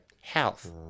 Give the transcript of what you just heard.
health